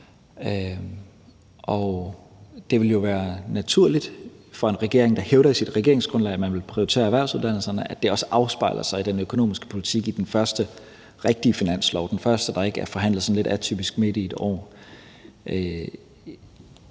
Det ville jo være naturligt for en regering, der hævder i sit regeringsgrundlag, at man vil prioritere erhvervsuddannelserne, at det også afspejler sig i den økonomiske politik i den første rigtige finanslov, altså den første, der ikke er forhandlet sådan lidt atypisk midt i et år.